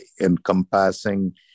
encompassing